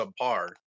subpar